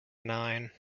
nine